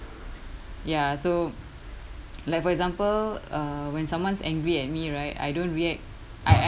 ya so like for example uh when someone's angry at me right I don't react I